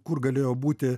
kur galėjo būti